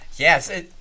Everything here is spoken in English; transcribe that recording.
Yes